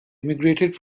immigrated